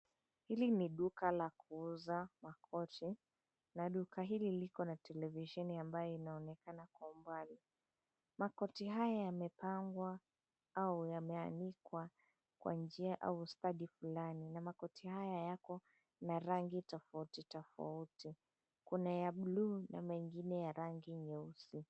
Hili ni duka la kuuza makoti na duka hili likona televisheni ambayo inaonekana kwa umbali. Makoti haya yamepangwa au yameanikwa kwa njia na ustadi fulani na makoti haya yako na rangi tofauti tofauti. Kuna ya blue na mengine ya rangi nyeusi.